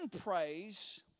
praise